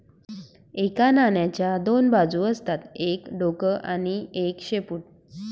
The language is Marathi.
एका नाण्याच्या दोन बाजू असतात एक डोक आणि एक शेपूट